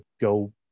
go